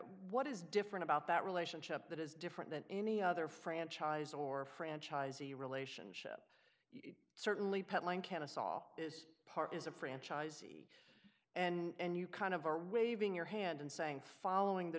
what is different about that relationship that is different than any other franchise or franchise the relationship certainly peddling kennesaw is part is a franchisee and you kind of are waving your hand and saying following the